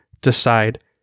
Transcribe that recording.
decide